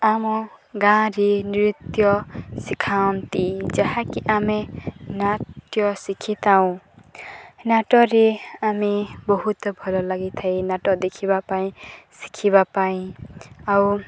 ଆମ ଗାଁରେ ନୃତ୍ୟ ଶିଖାନ୍ତି ଯାହାକି ଆମେ ନାଟ୍ୟ ଶିଖିଥାଉ ନାଟରେ ଆମେ ବହୁତ ଭଲ ଲାଗିଥାଏ ନାଟ ଦେଖିବା ପାଇଁ ଶିଖିବା ପାଇଁ ଆଉ